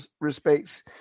respects